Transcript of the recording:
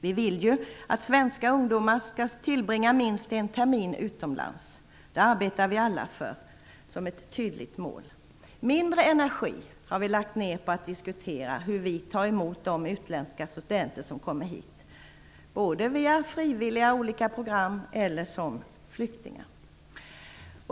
Vi vill ju att svenska ungdomar skall tillbringa minst en termin utomlands. Det är ett mål som vi alla arbetar för. Mindre energi har vi lagt ned på att diskutera hur vi tar emot de utländska studenter som kommer hit, via frivilliga program eller som flyktingar.